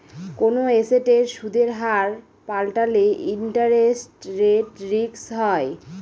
কোনো এসেটের সুদের হার পাল্টালে ইন্টারেস্ট রেট রিস্ক হয়